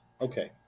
okay